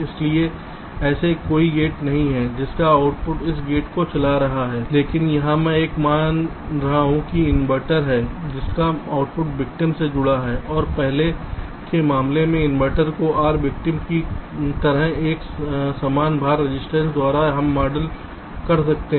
इसलिए ऐसे कोई गेट नहीं हैं जिनका आउटपुट इस गेट को चला रहा है लेकिन यहां मैं यह मान रहा हूं कि एक इन्वर्टर है जिसका आउटपुट विक्टिम से जुड़ा है और पहले के मामले में इन्वर्टर को इस R विक्टिम की तरह एक समान भार रजिस्टेंस द्वारा हम मॉडल कर सकते हैं